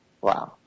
Wow